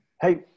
Hey